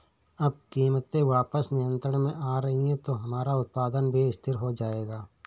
अब कीमतें वापस नियंत्रण में आ रही हैं तो हमारा उत्पादन भी स्थिर हो जाएगा